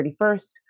31st